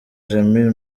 jamil